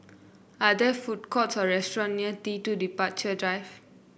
are there food courts or restaurants near T two Departure Drive